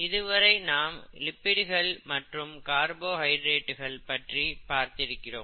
இதுவரை நாம் லிப்பிடுகள் மற்றும் கார்போஹைட்ரேட்டுகள் பற்றி பார்த்திருக்கிறோம்